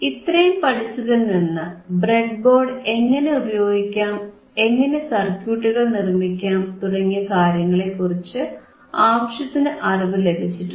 ഇത്രയും പഠിച്ചതിൽനിന്ന് ബ്രെഡ്ബോർഡ് എങ്ങനെ ഉപയോഗിക്കാം എങ്ങനെ സർക്യൂട്ടുകൾ നിർമിക്കാം തുടങ്ങിയ കാര്യങ്ങളെക്കുറിച്ച് ആവശ്യത്തിന് അറിവു ലഭിച്ചിട്ടുണ്ട്